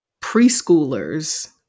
preschoolers